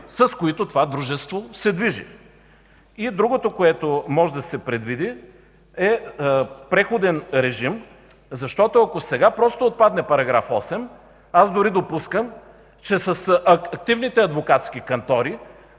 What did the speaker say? с които това дружество се движи. Другото, което може да се предвиди, е преходен режим. Защото ако сега просто отпадне § 8, дори допускам, че с активните адвокатски кантори